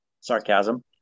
Sarcasm